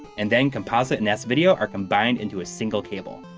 and then composite and s-video are combined into a single cable.